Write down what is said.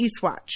Eastwatch